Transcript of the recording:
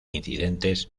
incidentes